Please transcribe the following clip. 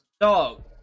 Dog